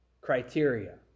criteria